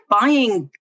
buying